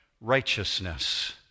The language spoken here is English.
righteousness